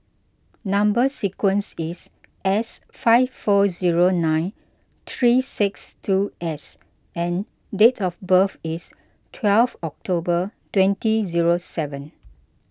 Number Sequence is S five four zero nine three six two S and date of birth is twelve October twenty zero seven